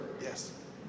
Yes